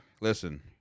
listen